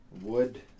Wood